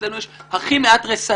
אצלנו יש הכי מעט רסנים,